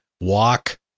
walk